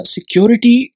Security